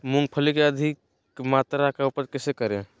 मूंगफली के अधिक मात्रा मे उपज कैसे करें?